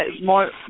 more